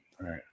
Right